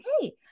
hey